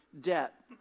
debt